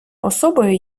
особою